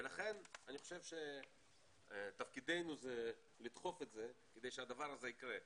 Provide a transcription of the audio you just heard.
ולכן אני חושב שתפקידנו לדחוף את זה כדי שהדבר הזה יקרה.